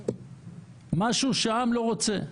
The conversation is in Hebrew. משהו שהעם לא רוצה.